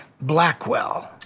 Blackwell